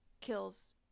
kills